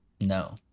No